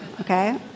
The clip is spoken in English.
okay